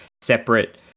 separate